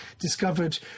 discovered